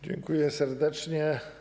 Dziękuję serdecznie.